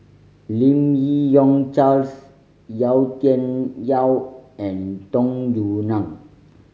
Lim Yi Yong Charles Yau Tian Yau and Tung Yue Nang